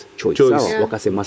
choice